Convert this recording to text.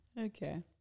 Okay